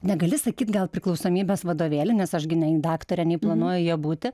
negali sakyt gal priklausomybės vadovėlį nes aš gi nei daktarė nei planuoju ja būti